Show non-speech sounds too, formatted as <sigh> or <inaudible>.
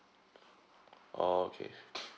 oh okay <breath>